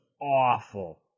awful